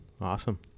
Awesome